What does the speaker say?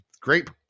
great